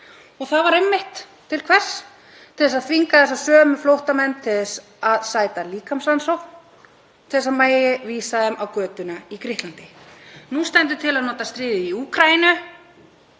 Og það var einmitt til hvers? Til að þvinga þessa sömu flóttamenn til þess að sæta líkamsrannsókn til þess að það megi vísa þeim á götuna í Grikklandi. Nú stendur til að nota stríðið í Úkraínu